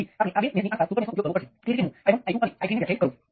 તેથી ત્યાં ફક્ત પ્રારંભિક હતી